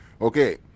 Okay